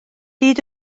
hyd